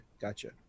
gotcha